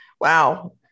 Wow